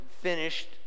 finished